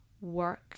work